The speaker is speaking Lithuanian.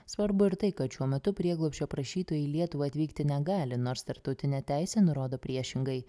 svarbu ir tai kad šiuo metu prieglobsčio prašytojai į lietuvą atvykti negali nors tarptautinė teisė nurodo priešingai